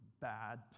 bad